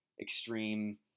extreme